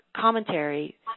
commentary